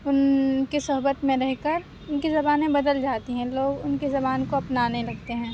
اُن کی صحبت میں رہ کر اُن کی زبانیں بدل جاتی ہیں لوگ اُن کی زبان کو اپنانے لگتے ہیں